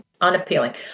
unappealing